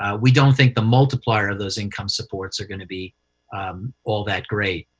ah we don't think the multiplier of those income supports are going to be all that great.